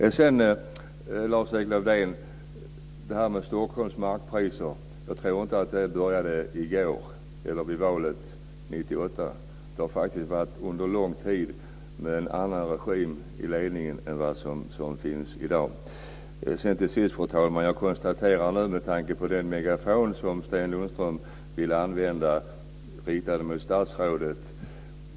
Lövdén, vill jag säga att jag inte tror att det började i går eller vid valet 1998. Det har faktiskt skett under lång tid, med en annan regim i ledningen än i dag. Till sist, fru talman, konstaterar jag att Sten Lundström ville använda en megafon riktad mot statsrådet.